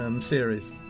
series